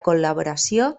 col·laboració